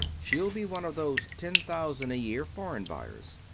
she'll be one of those ten-thousand-a-year foreign buyers.